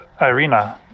Irina